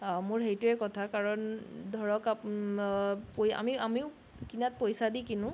মোৰ সেইটোৱেই কথা কাৰণ ধৰক আমি আমিও কিনাত পইচা দি কিনো